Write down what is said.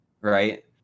right